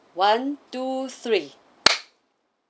one two three